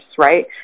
right